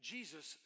Jesus